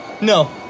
No